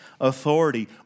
authority